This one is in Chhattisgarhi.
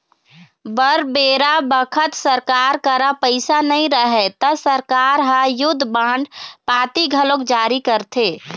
बर बेरा बखत सरकार करा पइसा नई रहय ता सरकार ह युद्ध बांड पाती घलोक जारी करथे